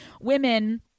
women